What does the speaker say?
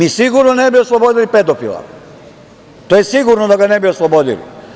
Mi sigurno ne bi oslobodili pedofila, i to je sigurno da ga ne bi oslobodili.